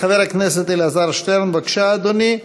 חבר הכנסת אלעזר שטרן, בבקשה, אדוני.